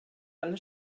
alle